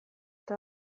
eta